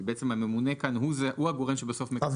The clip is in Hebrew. כי בעצם הממונה כאן הוא הגורם שבסוף מקבל את ההחלטה.